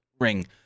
ring